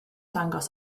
dangos